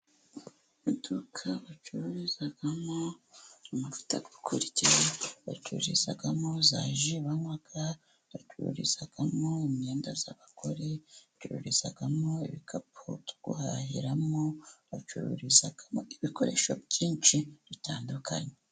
Iduka bacururizamo amavuta yo kurya, bacururizamo za ji banywa, bacururizamo imyenda, ibikapu duhahiramo, bacururizamo ibikoresho byinshi bitandukanye.